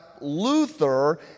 Luther